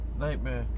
Nightmare